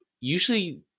usually